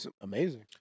Amazing